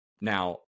Now